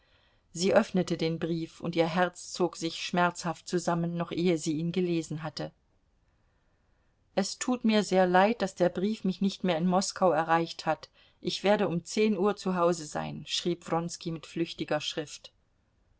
sie öffnete den brief und ihr herz zog sich schmerzhaft zusammen noch ehe sie ihn gelesen hatte es tut mir sehr leid daß der brief mich nicht mehr in moskau erreicht hat ich werde um zehn uhr zu hause sein schrieb wronski mit flüchtiger schrift